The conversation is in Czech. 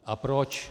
A proč?